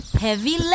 heavy